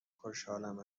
خوشحالم